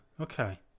okay